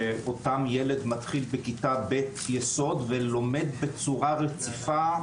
שאותם ילד מתחיל בכיתה ב' ביסודי ולומד בצורה רציפה,